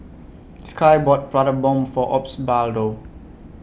Sky bought Prata Bomb For Osbaldo